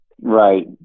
Right